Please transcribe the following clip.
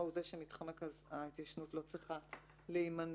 הוא זה שמתחמק אז ההתיישנות לא צריכה להימנות.